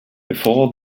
before